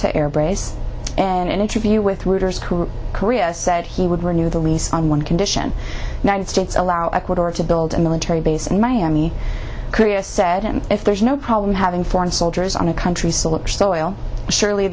a air brace and interview with routers korea said he would renew the lease on one condition nine states allow ecuador to build a military base in miami korea said if there's no problem having foreign soldiers on a country so look so oil surely